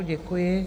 Děkuji.